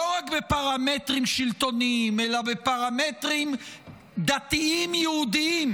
לא רק בפרמטרים שלטוניים אלא גם בפרמטרים דתיים יהודים,